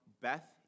Beth